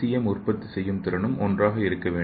M உற்பத்தி செய்யும் திறனும் ஒன்றாக இருக்க வேண்டும்